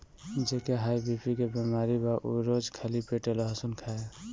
जेके high BP के बेमारी बा उ रोज खाली पेटे लहसुन खाए